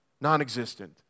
non-existent